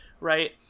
Right